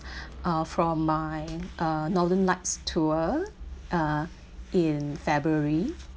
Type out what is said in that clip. uh from my uh northern lights tour uh in february